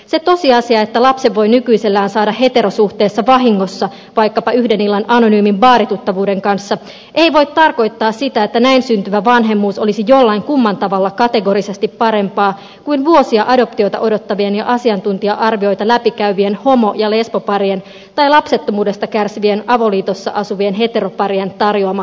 se tosiasia että lapsen voi nykyisellään saada heterosuhteessa vahingossa vaikkapa yhden illan anonyymin baarituttavuuden kanssa ei voi tarkoittaa sitä että näin syntyvä vanhemmuus olisi jollain kumman tavalla kategorisesti parempaa kuin vuosia adoptiota odottavien ja asiantuntija arvioita läpikäyvien homo ja lesboparien tai lapsettomuudesta kärsivien avoliitossa asuvien heteroparien tarjoama vanhemmuus